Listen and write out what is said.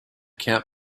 camp